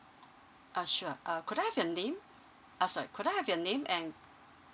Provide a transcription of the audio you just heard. uh sure uh could I have your name uh sorry could I have your name and